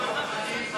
דב חנין,